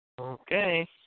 Okay